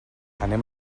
anem